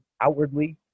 outwardly